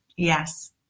Yes